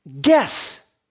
guess